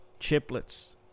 chiplets